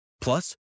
Plus